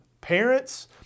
parents